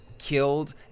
Killed